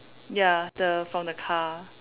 ya the from the car